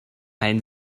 ein